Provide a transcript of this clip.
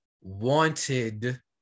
wanted